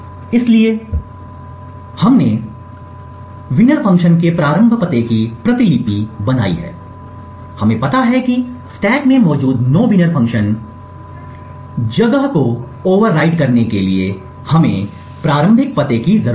इसलिए हमने जो किया है हमने विजेता फ़ंक्शन के प्रारंभ पते की प्रतिलिपि बनाई है मुझे पता है कि स्टैक में मौजूद नोविनर फंक्शन लोकेशन को ओवरराइड करने के लिए हमें प्रारंभिक पता की जरूरत है